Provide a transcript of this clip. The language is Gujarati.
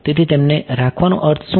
તેથી તેમને રાખવાનો અર્થ શું છે